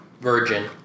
Virgin